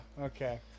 okay